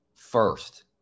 first